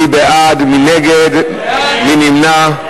מי בעד, מי נגד, מי נמנע?